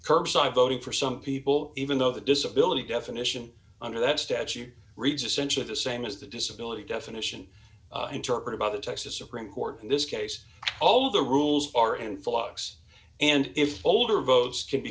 curbside voting for some people even though the disability definition under that statute reads essentially the same as the disability definition interpreted by the texas supreme court in this case all the rules are in flux and if older votes can be